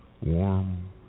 warm